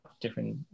different